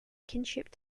kinship